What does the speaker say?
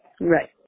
Right